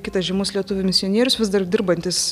kitas žymus lietuvių misionierius vis dar dirbantis